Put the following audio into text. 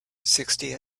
sixty